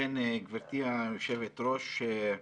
גבירתי היושבת-ראש,